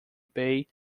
bay